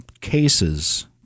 cases